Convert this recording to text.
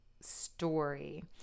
story